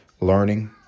learning